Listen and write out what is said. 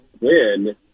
win